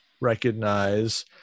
recognize